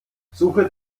suche